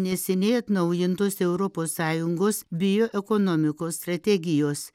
neseniai atnaujintos europos sąjungos bioekonomikos strategijos